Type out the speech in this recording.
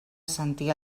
sentir